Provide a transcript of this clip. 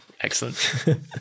Excellent